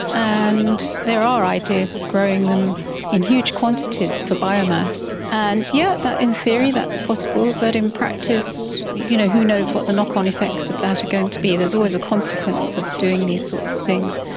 and there are ideas of growing them in huge quantities for biomass. and yeah yes, in theory that's possible but in practice you know who knows what the knock-on effects of that are going to be. there's always a consequence of doing these sorts of things.